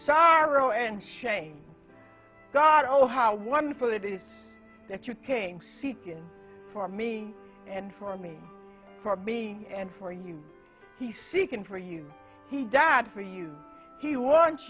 sorrow and shame god all how wonderful it is that you came to seek and for me and for me for me and for you he seeking for you he died for you he wants